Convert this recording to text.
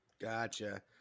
Gotcha